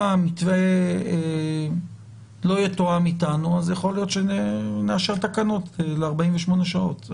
המתווה לא יתואם איתנו אז יכול להיות שנאשר תקנות ל-48 שעות.